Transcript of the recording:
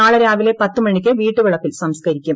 നാളെ രാവിലെ പത്ത് മണിക്ക് വീട്ടുവളപ്പിൽ സംസ്കരിക്കും